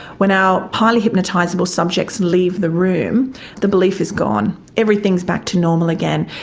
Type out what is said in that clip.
when our highly hypnotisable subjects leave the room the belief is gone, everything is back to normal again.